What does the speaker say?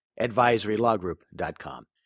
advisorylawgroup.com